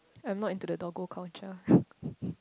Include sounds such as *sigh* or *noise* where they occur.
I'm not into the doggo culture *laughs*